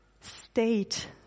state